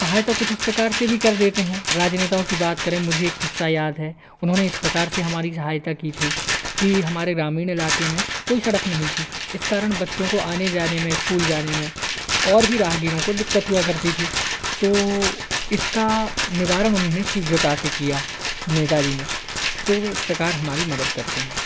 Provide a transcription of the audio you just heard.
सहायता कुछ इस प्रकार से भी कर देते हैं राजनेताओं की बात करें मुझे एक किस्सा याद है उन्होंने इस प्रकार से हमारी सहायता की थी की हमारे ग्रामीण इलाके में कोई सड़क नहीं थी इस कारण बच्चों को आने जाने में स्कूल जाने में और भी राहगिरों को दिक्कत हुआ करती थी तो इसका निवारण उन्होंने शीघ्रता से किया नेता जी ने तो वे इस प्रकार हमारी मदद करते हैं